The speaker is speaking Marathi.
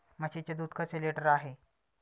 म्हशीचे दूध कसे लिटर आहे?